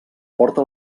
porta